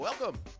Welcome